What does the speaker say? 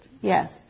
Yes